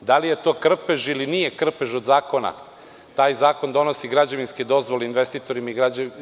Da li je to krpež ili nije krpež od zakona, taj zakon donosi građevinske dozvole investitorima